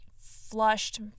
flushed